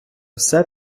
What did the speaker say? все